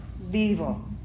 vivo